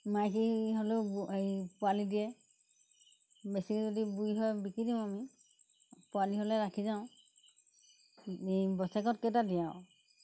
মাইকী হ'লেও এই পোৱালি দিয়ে বেছিকৈ যদি বুঢ়ী হয় বিকি দিওঁ আমি পোৱালি হ'লে ৰাখি যাওঁ এই বছৰেকত কেইটা দিয়ে আৰু